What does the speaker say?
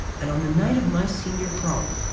and on the night of my senior prom,